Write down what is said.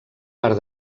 part